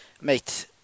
Mate